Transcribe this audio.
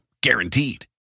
Guaranteed